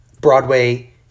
Broadway